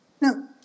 No